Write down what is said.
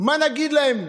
מה נגיד להם,